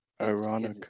ironic